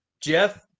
Jeff